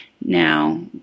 Now